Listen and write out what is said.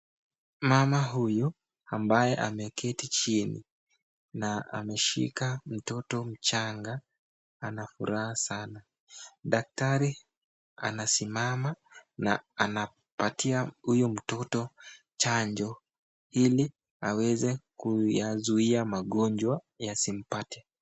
Mama huyu ambaye ameketi chini na ameshika mtoto mchanga anafuraha sana. Daktari anasimama na anapatia huyu mtoto chanjo ili aweze kuyazuia magonjwa yasimpate.